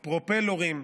'פרופלורים',